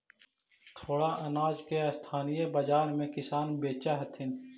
थोडा अनाज के स्थानीय बाजार में किसान बेचऽ हथिन